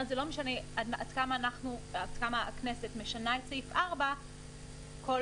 זה לא משנה עד כמה הכנסת משנה את סעיף 4. כל